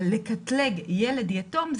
אבל לקטלג ילד יתום,